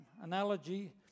analogy